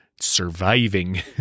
surviving